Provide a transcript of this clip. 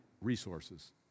resources